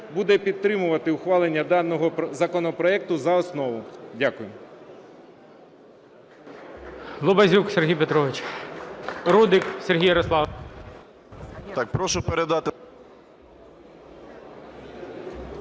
буде підтримувати ухвалення даного законопроекту за основу. Дякую.